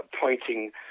pointing